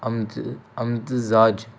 امت امتزاج